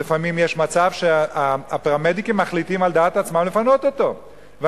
לפעמים יש מצב שהפרמדיקים מחליטים על דעת עצמם לפנות אותו,